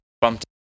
bumped